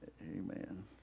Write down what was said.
Amen